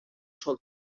sol